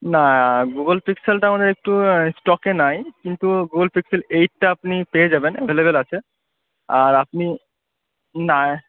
না গুগল পিক্সেলটা আমাদের একটু স্টকে নয় কিন্তু গুগল পিক্সেল এইটটা আপনি পেয়ে যাবেন অ্যাভেলেবেল আছে আর আপনি না